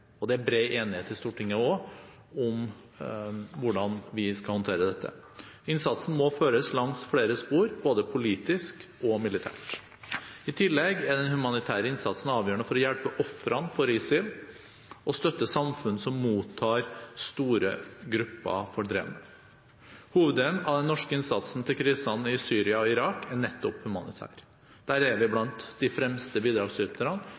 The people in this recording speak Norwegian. og det er også bred enighet i Stortinget om hvordan vi skal håndtere dette. Innsatsen må føres langs flere spor, både politisk og militært. I tillegg er den humanitære innsatsen avgjørende for å hjelpe ofrene for ISIL og støtte samfunn som mottar store grupper fordrevne. Hoveddelen av den norske innsatsen til krisene i Syria og Irak er nettopp humanitær. Der er vi blant de fremste bidragsyterne;